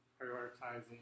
prioritizing